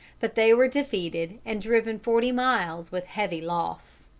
but they were defeated and driven forty miles with heavy loss.